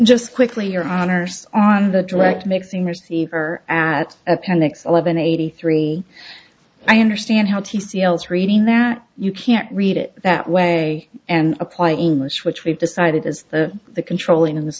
just quickly your honour's on the direct mixing receiver at appendix eleven eighty three i understand how t c else reading that you can't read it that way and apply english which we've decided is the controlling of this